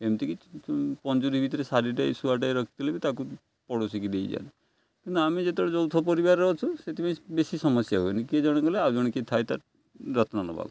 ଏମିତିକି ପଞ୍ଜୁରୀ ଭିତରେ ସାରିଟେ ଶୁଆଟେ ରଖିଥିଲେ ବି ତାକୁ ପଡ଼ୋଶୀକି ଦେଇଯାଆନ୍ତି କିନ୍ତୁ ଆମେ ଯେତେବେଳେ ଯୌଥ ପରିବାରରେ ଅଛୁ ସେଥିପାଇଁ ବେଶୀ ସମସ୍ୟା ହୁଏନି କିଏ ଜଣେ ଗଲେ ଆଉ ଜଣେ କିଏ ଥାଏ ତା'ର ଯତ୍ନ ନେବାକୁ